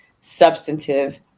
substantive